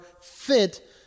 fit